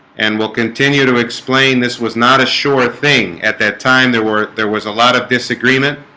and will continue to explain this was not a sure thing at that time there were there was a lot of disagreement